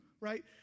right